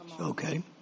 Okay